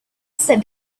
said